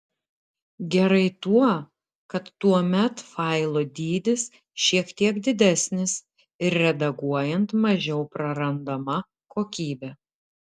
gerai tuo kad tuomet failo dydis šiek tiek didesnis ir redaguojant mažiau prarandama kokybė